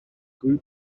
grew